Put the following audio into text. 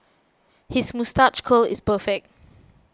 his moustache curl is perfect